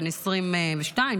בן 22,